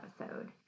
episode